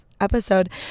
episode